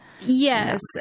yes